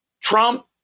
Trump